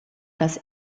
das